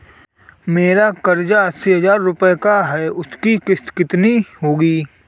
मेरा कर्ज अस्सी हज़ार रुपये का है उसकी किश्त कितनी होगी?